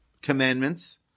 commandments